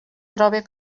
trobe